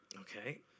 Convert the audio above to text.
Okay